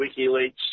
WikiLeaks